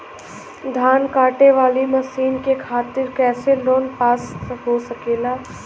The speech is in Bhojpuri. धान कांटेवाली मशीन के खातीर कैसे लोन पास हो सकेला?